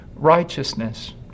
Righteousness